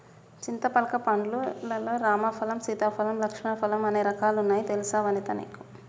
చింతపలక పండ్లు లల్లో రామ ఫలం, సీతా ఫలం, లక్ష్మణ ఫలం అనే రకాలు వున్నాయి తెలుసా వనితా నీకు